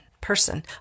person